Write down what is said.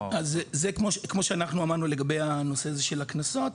כמו שאנחנו אמרנו לגבי הנושא הזה של הקנסות,